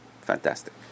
fantastic